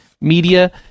Media